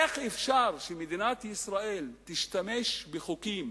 איך אפשר שמדינת ישראל תשתמש בחוקים